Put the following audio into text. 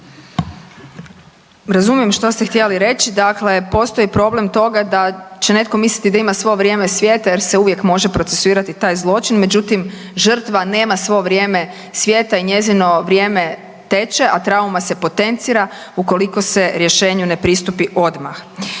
Razumijem što ste htjeli reći. Dakle, postoji problem toga da će netko misliti da ima svo vrijeme svijeta jer se uvijek može procesuirati taj zločin. Međutim, žrtva nema svo vrijeme svijeta i njezino vrijeme teče, a trauma se potencira ukoliko se rješenju ne pristupi odmah.